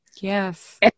Yes